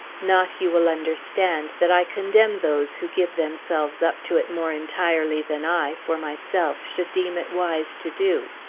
not, you will understand, that i condemn those who give themselves up to it more entirely than i, for myself, should deem it wise to do.